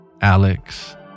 Alex